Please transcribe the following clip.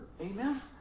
Amen